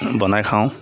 বনাই খাওঁ